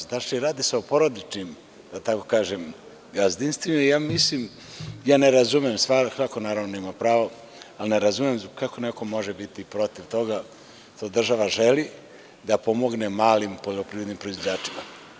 Tačnije, radi se o porodičnim, da tako kažem, gazdinstvima i ja mislim, ja ne razumem, svako naravno ima pravo, ali ne razumem kako neko može biti protiv toga, što država želi da pomogne malim poljoprivrednim proizvođačima?